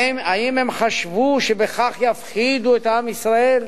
האם הם חשבו שבכך יפחידו את עם ישראל?